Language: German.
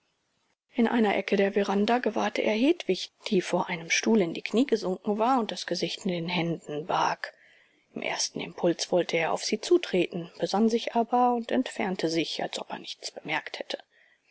in einer ecke der veranda gewahrte er hedwig die vor einem stuhl in die knie gesunken war und das gesicht in den händen barg im ersten impuls wollte er auf sie zutreten besann sich aber und entfernte sich als ob er nichts bemerkt hätte